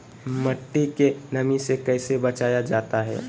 मट्टी के नमी से कैसे बचाया जाता हैं?